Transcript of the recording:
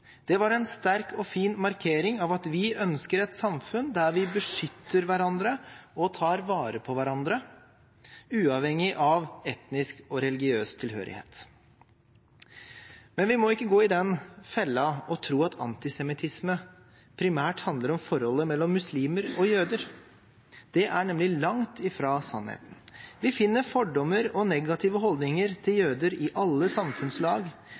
Det var en sterk og fin markering av at vi ønsker et samfunn der vi beskytter hverandre og tar vare på hverandre uavhengig av etnisk og religiøs tilhørighet. Men vi må ikke gå i den fellen å tro at antisemittisme primært handler om forholdet mellom muslimer og jøder. Det er nemlig langt fra sannheten. Vi finner fordommer og negative holdninger til jøder i alle samfunnslag